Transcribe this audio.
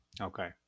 okay